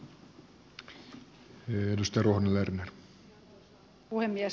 arvoisa puhemies